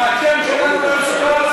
מוותרים, השם שלנו לא יוזכר.